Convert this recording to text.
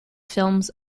films